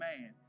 man